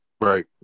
Right